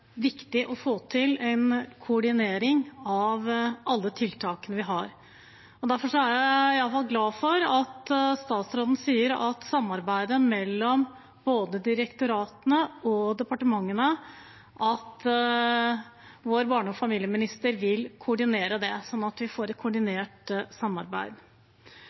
viktig å få til en koordinering av alle tiltakene vi har. Derfor er jeg i alle fall glad for at vår barne- og familieminister sier at han vil koordinere samarbeidet mellom direktoratene og departementene, sånn at vi får et koordinert samarbeid.